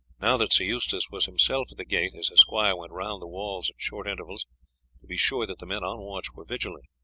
now that sir eustace was himself at the gate his esquire went round the walls at short intervals to be sure that the men on watch were vigilant.